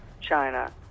China